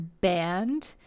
band